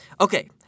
Okay